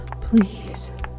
Please